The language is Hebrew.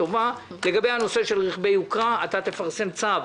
לגבי רכבי יוקרה, אתה תפרסם צו,